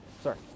sorry